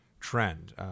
Trend